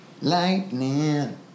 Lightning